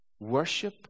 Worship